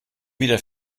wieder